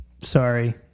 sorry